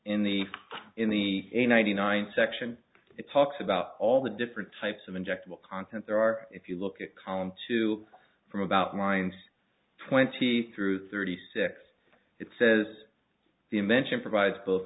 in the in the a ninety nine section it talks about all the different types of injectable content there are if you look at column two from about lines twenty through thirty six it says the invention provides both